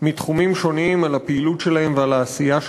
מתחומים שונים, על הפעילות שלהם ועל העשייה שלהם.